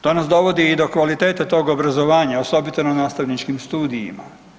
To nas dovodi i do kvalitete tog obrazovanja, osobito na nastavničkim studijima.